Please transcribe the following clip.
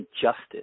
justice